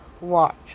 watch